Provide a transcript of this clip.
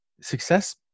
success